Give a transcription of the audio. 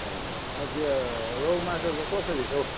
हजुर रौ माछा चाहिँ कसरी छ हो